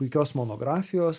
puikios monografijos